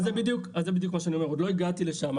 לא, אז זה בדיוק מה שאני אומר, עוד לא הגעת לשם.